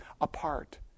apart